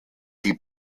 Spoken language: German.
die